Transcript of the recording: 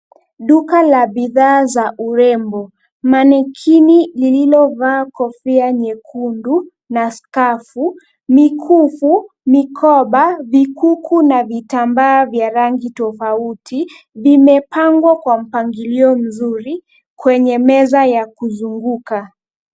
Duka la bidhaa za urembo. Manikini lililovaa kofia nyekundu na skafu, mikufu, mikoba, vikuku na vitambaa vya rangi tofauti vimepangwa kwa mpangilio mzuri kwenye meza ya kuzunguka.